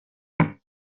metge